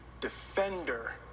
defender